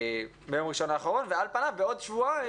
ביום ראשון האחרון ועל פניו בעוד שבועיים,